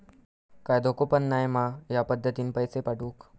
काय धोको पन नाय मा ह्या पद्धतीनं पैसे पाठउक?